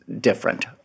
different